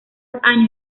años